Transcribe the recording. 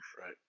Right